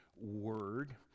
Word